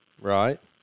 Right